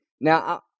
Now